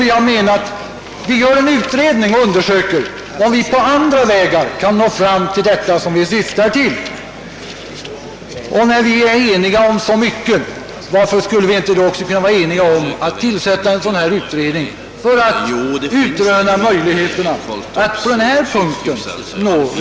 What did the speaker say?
Vi har ansett att en utredning bör undersöka om det är möjligt att på andra vägar uppnå det som vi syftar till. När vi är eniga om så mycket, varför då inte vara eniga om att tillsätta en utredning för att utröna möjligheterna att nå resultat på detta område?